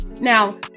Now